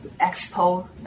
expo